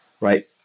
right